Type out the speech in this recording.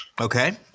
Okay